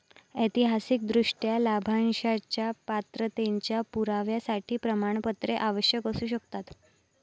ऐतिहासिकदृष्ट्या, लाभांशाच्या पात्रतेच्या पुराव्यासाठी प्रमाणपत्रे आवश्यक असू शकतात